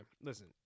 Listen